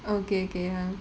okay okay